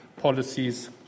policies